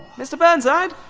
mr burnside?